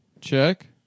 check